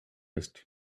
ist